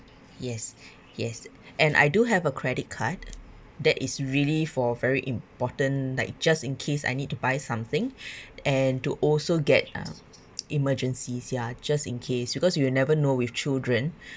yes yes and I do have a credit card that is really for a very important like just in case I need to buy something and to also get uh emergencies ya just in case because you will never know with children